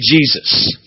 Jesus